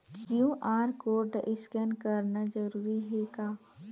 QR code scan करना जरूरी हे का?